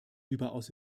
überaus